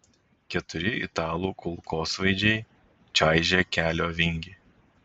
keturi italų kulkosvaidžiai čaižė kelio vingį